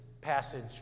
passage